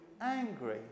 angry